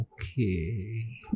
Okay